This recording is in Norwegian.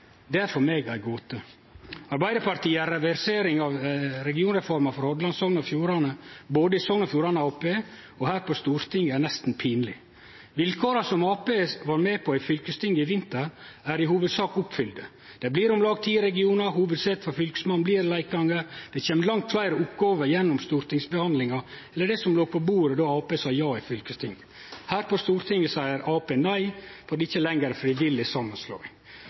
Det er for meg ei gåte. Arbeidarpartiets reversering av regionreforma for Hordaland og Sogn og Fjordane, både i Sogn og Fjordane Arbeidarparti og her på Stortinget, er nesten pinleg. Vilkåra som Arbeidarpartiet var med på i fylkestinget i vinter, er i hovudsak oppfylte. Det blir om lag ti regionar, hovudsete for Fylkesmannen blir i Leikanger, og det kjem langt fleire oppgåver gjennom stortingshandsaminga enn det som låg på bordet då Arbeidarpartiet sa ja i fylkestinget. Her på Stortinget seier Arbeidarpartiet nei fordi det ikkje lenger er ei frivillig